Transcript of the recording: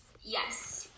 Yes